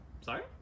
Sorry